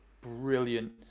brilliant